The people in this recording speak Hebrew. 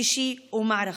אישי ומערכתי.